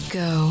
go